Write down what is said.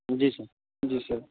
जी sir जी sir